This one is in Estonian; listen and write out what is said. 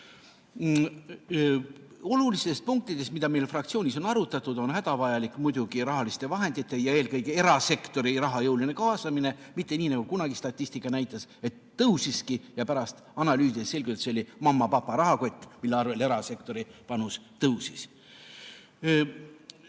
olulistest punktidest, mida meil fraktsioonis on arutatud. Hädavajalik on muidugi rahaliste vahendite ja eelkõige erasektori raha jõuline kaasamine, kuid mitte nii nagu kunagi statistika näitas, et [erasektori osa] tõusiski, aga pärast analüüsides selgus, et see oli mamma-papa rahakott, mille arvel erasektori panus tõusis. Riigi